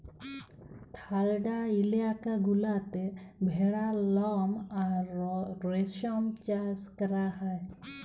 ঠাল্ডা ইলাকা গুলাতে ভেড়ার লম আর রেশম চাষ ক্যরা হ্যয়